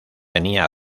tenía